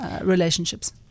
relationships